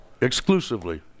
exclusively